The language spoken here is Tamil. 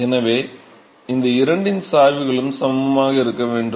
எனவே இந்த இரண்டின் சாய்வுகளும் சமமாக இருக்க வேண்டும்